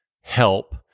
help